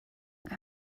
that